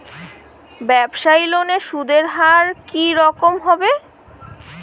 ব্যবসায়ী লোনে সুদের হার কি রকম হবে?